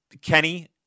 Kenny